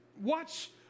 watch